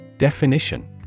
Definition